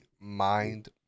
mind –